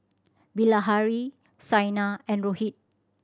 Bilahari Saina and Rohit